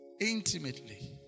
Intimately